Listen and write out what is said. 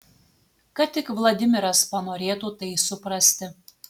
kad tik vladimiras panorėtų tai suprasti